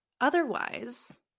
otherwise